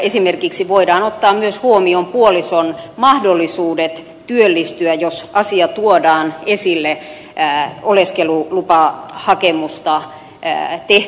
esimerkiksi voidaan ottaa huomioon myös puolison mahdollisuudet työllistyä jos asia tuodaan esille oleskelulupahakemusta tehtäessä